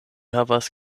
havas